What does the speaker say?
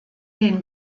den